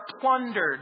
plundered